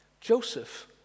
Joseph